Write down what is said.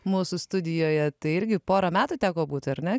mūsų studijoje tai irgi porą metų teko būti ar ne